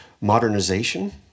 modernization